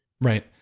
Right